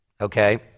okay